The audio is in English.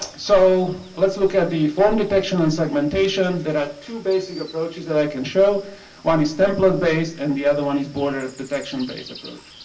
so let's look at the form detection and segmentation. there are two basic approaches that i can show one is template based and the other one is border protection based approached.